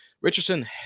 Richardson